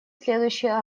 следующий